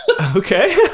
Okay